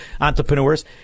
entrepreneurs